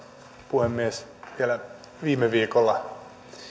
puhemies vielä viime viikolla vai